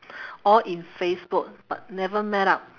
all in facebook but never met up